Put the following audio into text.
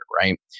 right